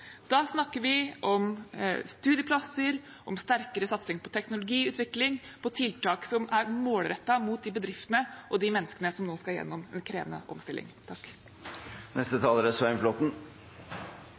Da snakker vi om studieplasser, om sterkere satsing på teknologiutvikling og på tiltak som er målrettet mot de bedriftene og de menneskene som nå skal gjennom en krevende omstilling. Sysselsetting og verdiskaping i norsk næringsliv er